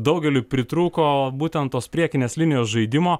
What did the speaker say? daugeliui pritrūko būtent tos priekinės linijos žaidimo